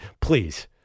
Please